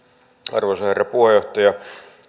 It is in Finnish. arvoisa herra puheenjohtaja